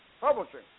Publishing